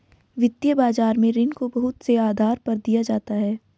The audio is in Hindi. वित्तीय बाजार में ऋण को बहुत से आधार पर दिया जाता है